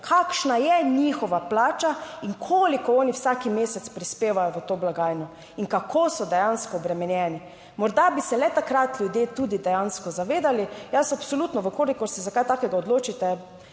kakšna je njihova plača in koliko oni vsak mesec prispevajo v to blagajno in kako so dejansko obremenjeni. Morda bi se le takrat ljudje tudi dejansko zavedali. Jaz absolutno, v kolikor se za kaj takega odločite,